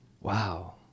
Wow